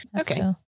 Okay